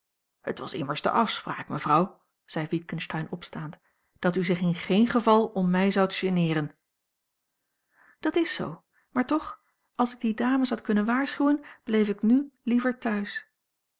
het was immers de afspraak mevrouw zei witgensteyn opstaand dat u zich in geen geval om mij zoudt geneeren dat is zoo maar toch als ik die dames had kunnen waarschuwen bleef ik n liever thuis